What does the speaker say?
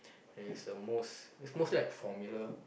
and it's the most it's mostly like formula